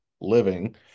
living